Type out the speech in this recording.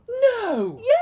No